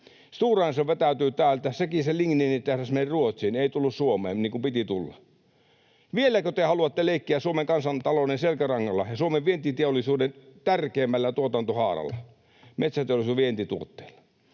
Stora Enso vetäytyy täältä. Sen ligniinitehdas meni Ruotsiin, ei tullut Suomeen, niin kuin piti tulla. Vieläkö te haluatte leikkiä Suomen kansantalouden selkärangalla ja Suomen vientiteollisuuden tärkeimmällä tuotantohaaralla, metsäteollisuuden vientituotteilla?